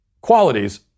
qualities